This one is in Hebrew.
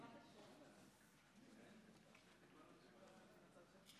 חבריי חברי הכנסת,